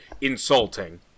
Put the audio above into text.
insulting